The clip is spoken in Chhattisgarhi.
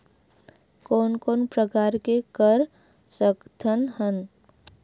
कोन कोन प्रकार के कर सकथ हन?